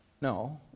no